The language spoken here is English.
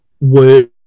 work